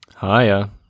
Hiya